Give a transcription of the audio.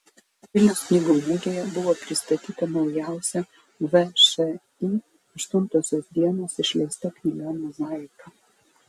vilniaus knygų mugėje buvo pristatyta naujausia všį aštuntosios dienos išleista knyga mozaika